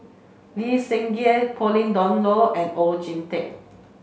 Lee Seng Gee Pauline Dawn Loh and Oon Jin Teik